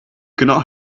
cannot